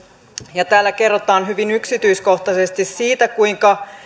ja täällä kerrotaan hyvin yksityiskohtaisesti siitä kuinka